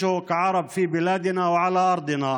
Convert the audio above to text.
הגזענית שאנו חווים כערבים בארצנו ועל אדמתנו